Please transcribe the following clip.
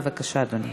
בבקשה, אדוני.